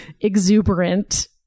Exuberant